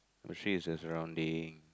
oh is a surrounding